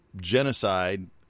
genocide